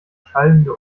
schallende